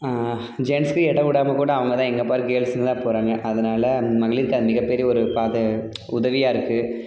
ஜென்ஸ்க்கு இடம் விடாமக்கூட அவங்க தான் எங்கே பாருங்க கேர்ள்ஸுங்க தான் போகிறாங்க அதனால் மகளிருக்கு அது மிகப்பெரிய ஒரு பாதை உதவியாக இருக்குது